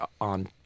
on